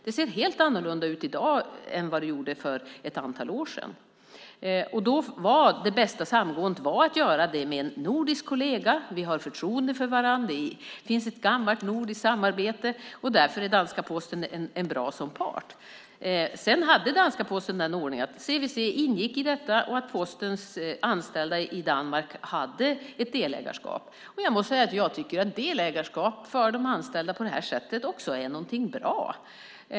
Det ser helt annorlunda ut i dag än vad det gjorde för ett antal år sedan. Då var det bästa sättet för samgående att gå samman med en nordisk kollega. Vi har förtroende för varandra, det finns ett gammalt nordiskt samarbete och därför är danska Posten bra som part. Sedan hade danska Posten den ordningen att CVC och postens anställda i Danmark hade ett delägarskap. Och jag måste säga att jag tycker att delägarskap för de anställda på det här sättet också är någonting bra.